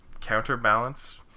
Counterbalance